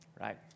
right